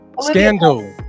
Scandal